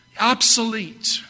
obsolete